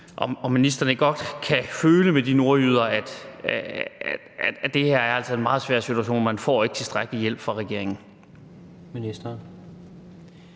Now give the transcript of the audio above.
om ministeren ikke godt kan føle med de nordjyder, altså at det her er en meget svær situation, og at man ikke får tilstrækkelig hjælp fra regeringen.